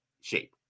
shape